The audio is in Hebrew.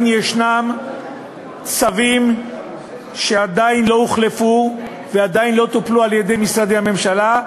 יש צווים שעדיין לא הוחלפו ועדיין לא טופלו על-ידי משרדי הממשלה,